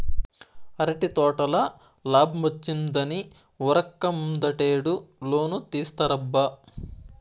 అరటి తోటల లాబ్మొచ్చిందని ఉరక్క ముందటేడు లోను తీర్సబ్బా